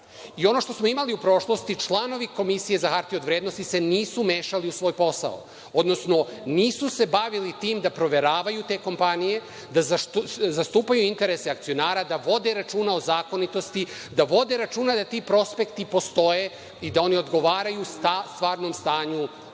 Ono što smo imali u prošlosti, članovi Komisije za hartije od vrednosti se nisu mešali u svoj posao, odnosno nisu se bavili time da proveravaju te kompanije, da zastupaju interese akcionara da vode računa o zakonitosti, da vode računa da ti prospekti postoje i da oni odgovaraju stvarnom stanju svake od tih